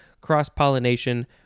cross-pollination